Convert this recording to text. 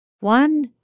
One